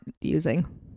using